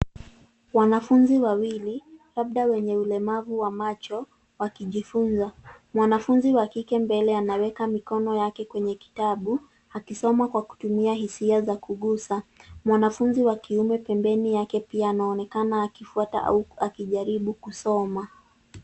Wanafunzi wawili labda wenye ulemavu wa macho wakijifunza. Mwanafunzi wa kike mbele anaweka mikono yake kwenye kitabu akisoma kwa kutumia hisia za kuguza. Mwanafunzi wa kiume pembeni yake pia anaonekana akifuata au akijaribu kusoma.